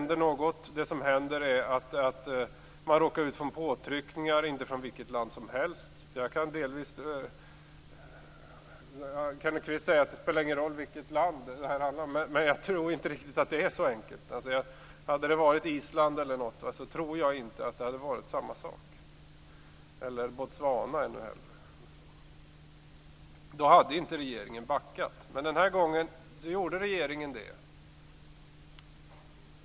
Det som sedan hänt är att man råkar ut för påtryckningar från ett land som inte är vilket land som helst. Kenneth Kvist säger att det inte spelar någon roll det här handlar om, men jag tror inte att det är riktigt så enkelt. Om det hade gällt t.ex. Island eller ännu hellre Botswana tror jag inte att det hade varit riktigt samma sak. Då hade regeringen inte backat, men den här gången gjorde regeringen det.